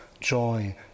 joy